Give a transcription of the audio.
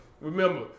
Remember